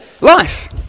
life